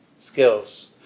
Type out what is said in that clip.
skills